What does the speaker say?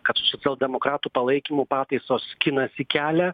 kad socialdemokratų palaikymų pataisos skinasi kelią